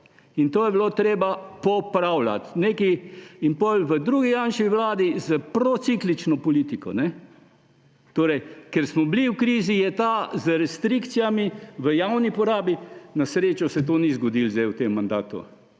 In to je bilo treba popravljati. In potem v drugi Janševi vladi s prociklično politiko, ker smo bili v krizi, je ta z restrikcijami v javni porabi, na srečo se to ni zgodilo zdaj v tem mandatu,